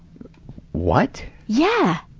what! yeah!